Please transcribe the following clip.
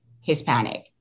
Hispanic